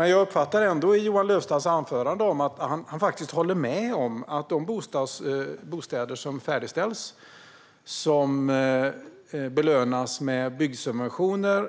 Av Johan Löfstrands anförande uppfattar jag ändå att han faktiskt håller med om att de bostäder som färdigställs med byggsubventioner,